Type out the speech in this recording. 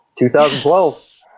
2012